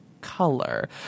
color